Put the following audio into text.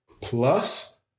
plus